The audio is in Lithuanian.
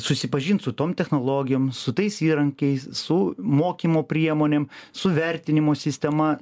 susipažint su tom technologijom su tais įrankiais su mokymo priemonėm su vertinimo sistema